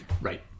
right